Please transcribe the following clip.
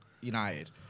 United